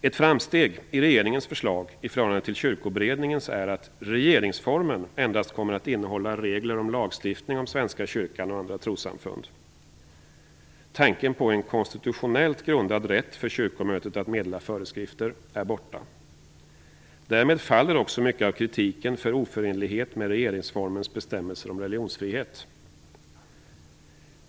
Ett framsteg i regeringens förslag i förhållande till Kyrkoberedningens är att regeringsformen endast kommer att innehålla regler om lagstiftning om Svenska kyrkan och andra trossamfund. Tanken på en konstitutionellt grundad rätt för kyrkomötet att meddela föreskrifter är borta. Därmed faller också mycket av kritiken för oförenlighet med regeringsformens bestämmelser om religionsfrihet.